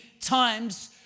times